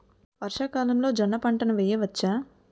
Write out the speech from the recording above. వర్షాకాలంలో జోన్న పంటను వేయవచ్చా?